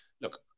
Look